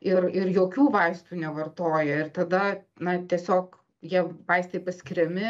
ir ir jokių vaistų nevartoja ir tada na tiesiog jie vaistai paskiriami